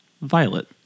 violet